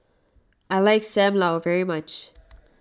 I like Sam Lau very much